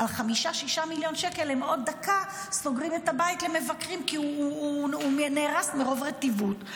על 6-5 שקל הם עוד דקה סוגרים את הבית למבקרים כי הוא נהרס מרוב רטיבות,